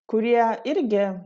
kurie irgi